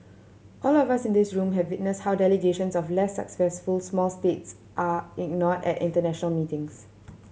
all of us in this room have witnessed how delegations of less successful small states are ignored at international meetings